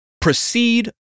proceed